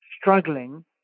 struggling